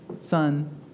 son